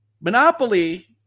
Monopoly